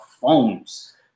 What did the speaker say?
phones